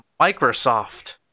Microsoft